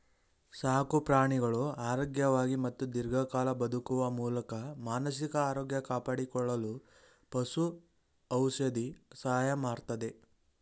ಸಾಕುಪ್ರಾಣಿಗಳು ಆರೋಗ್ಯವಾಗಿ ಮತ್ತು ದೀರ್ಘಕಾಲ ಬದುಕುವ ಮೂಲಕ ಮಾನಸಿಕ ಆರೋಗ್ಯ ಕಾಪಾಡಿಕೊಳ್ಳಲು ಪಶು ಔಷಧಿ ಸಹಾಯ ಮಾಡ್ತದೆ